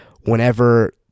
whenever